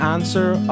answer